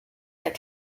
that